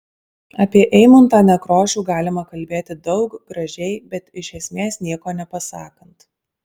apie eimuntą nekrošių galima kalbėti daug gražiai bet iš esmės nieko nepasakant